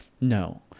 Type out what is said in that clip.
no